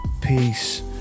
peace